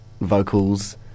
vocals